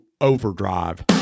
Overdrive